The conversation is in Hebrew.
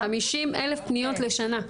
50 אלף פניות לשנה.